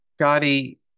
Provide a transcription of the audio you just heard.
Scotty